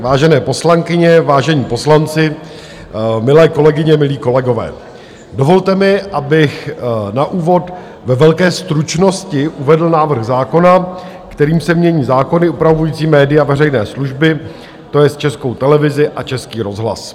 Vážené paní poslankyně, vážení páni poslanci, milé kolegyně, milí kolegové, dovolte mi, abych na úvod ve velké stručnosti uvedl návrh zákona, kterým se mění zákony upravující média veřejné služby, to jest Českou televizi a Český rozhlas.